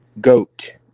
Goat